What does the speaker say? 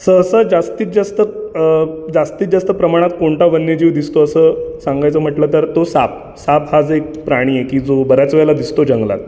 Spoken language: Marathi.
सहसा जास्तीत जास्त जास्तीत जास्त प्रमाणात कोणता वन्य जीव दिसतो असं सांगायचं म्हटलं तर तो साप साप हाच एक प्राणी आहे की जो बऱ्याच वेळेला दिसतो जंगलात